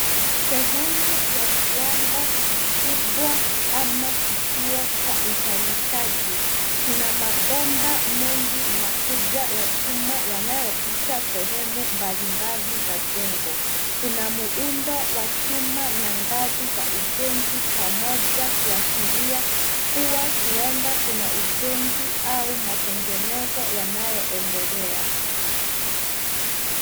Sehemu ya kiwanda kikubwa ama kituo cha uzalishaji, kina mabomba mengi makubwa ya chuma yanayopita sehemu mbalimbali za jengo. Kuna muundo wa chuma na ngazi za ujenzi pamoja kuashiria kuwa huenda kuna ujenzi au matengenezo yanayoendelea.